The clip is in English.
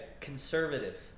conservative